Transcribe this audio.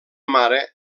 mare